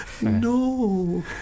No